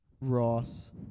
Ross